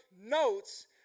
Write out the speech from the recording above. notes